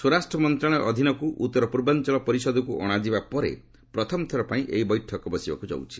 ସ୍ୱରାଷ୍ଟ୍ମନ୍ତ୍ରଣାଳୟ ଅଧୀନକୁ ଉତ୍ତର୍ପର୍ପବାଞ୍ଚଳ ପରିଷଦକୁ ଅଣାଯିବା ପରେ ପ୍ରଥମ ଥର ପାଇଁ ଏହି ବୈଠକ ବସିବାକୁ ଯାଉଛି